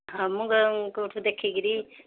ଆମ ଗାଁକୁ ଦେଖି କରି